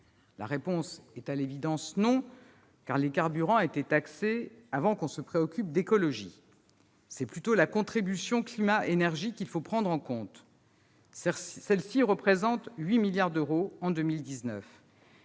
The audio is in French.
La réponse, à l'évidence, est non, car les carburants étaient taxés avant qu'on se préoccupe d'écologie. C'est plutôt la contribution climat-énergie qu'il faut prendre en compte. Or celle-ci représente 8 milliards d'euros pour 2019.